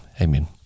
amen